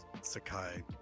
sakai